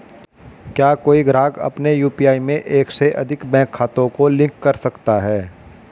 क्या कोई ग्राहक अपने यू.पी.आई में एक से अधिक बैंक खातों को लिंक कर सकता है?